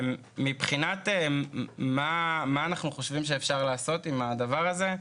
מבחינת מה אנחנו חושבים שאפשר לעשות עם הדבר הזה,